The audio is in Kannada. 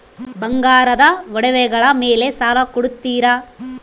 ಬಂಗಾರದ ಒಡವೆಗಳ ಮೇಲೆ ಸಾಲ ಕೊಡುತ್ತೇರಾ?